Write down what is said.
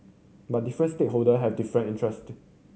but different stakeholder have different interest